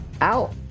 out